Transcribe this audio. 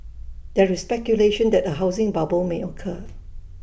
there is speculation that A housing bubble may occur